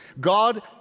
God